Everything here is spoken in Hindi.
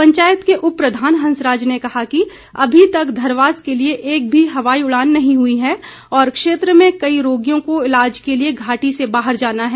पंचायत के उप प्रधान हंसराज ने कहा कि अभी तक धरवास के लिए एक भी हवाई उड़ान नहीं हुई है और क्षेत्र में कई रोगियों को इलाज के लिए घाटी से बाहर जाना है